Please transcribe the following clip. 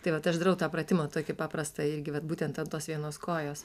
tai vat aš darau tą pratimą tokį paprastą irgi vat būtent ant tos vienos kojos